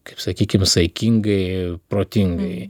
kaip sakykim saikingai protingai